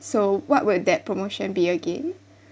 so what would that promotion be again